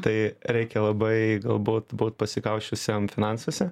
tai reikia labai galbūt būt pasikausčiusiam finansuose